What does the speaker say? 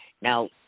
Now